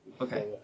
Okay